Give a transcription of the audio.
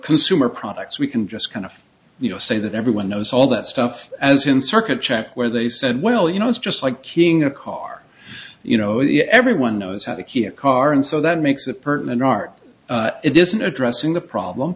consumer products we can just kind of you know say that everyone knows all that stuff as in circuit check where they said well you know it's just like keying a car you know everyone knows how to keep a car and so that makes a person an art it isn't addressing the problem